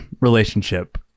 relationship